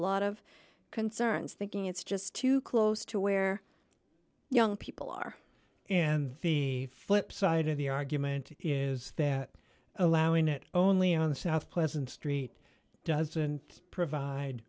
lot of concerns thinking it's just too close to where young people are and the flip side of the argument is that allowing it only on the south pleasant street doesn't provide